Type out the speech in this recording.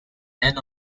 end